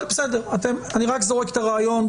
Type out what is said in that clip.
אני רק זורק את הרעיון.